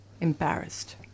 embarrassed